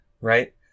Right